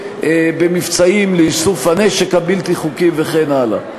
במבצעים לאיסוף הנשק הבלתי-חוקי וכן הלאה.